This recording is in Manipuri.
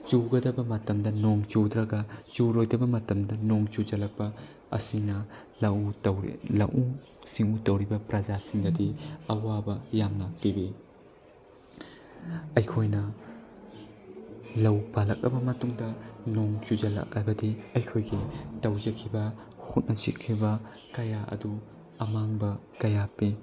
ꯆꯨꯒꯗꯕ ꯃꯇꯝꯗ ꯅꯣꯡ ꯆꯨꯗ꯭ꯔꯒ ꯆꯨꯔꯣꯏꯗꯕ ꯃꯇꯝꯗ ꯅꯣꯡ ꯆꯨꯁꯤꯜꯂꯛꯄ ꯑꯁꯤꯅ ꯂꯧꯎ ꯁꯤꯡꯎ ꯇꯧꯔꯤꯕ ꯄ꯭ꯔꯖꯥꯁꯤꯡꯗꯗꯤ ꯑꯋꯥꯕ ꯌꯥꯝꯅ ꯄꯤꯕꯤ ꯑꯩꯈꯣꯏꯅ ꯂꯧ ꯄꯥꯜꯂꯛꯑꯕ ꯃꯇꯨꯡꯗ ꯅꯣꯡ ꯆꯨꯁꯤꯜꯂꯛꯑꯕꯗꯤ ꯑꯩꯈꯣꯏꯒꯤ ꯇꯧꯖꯈꯤꯕ ꯍꯣꯠꯅꯖꯈꯤꯕ ꯀꯌꯥ ꯑꯗꯨ ꯑꯃꯥꯡꯕ ꯀꯌꯥ ꯄꯤ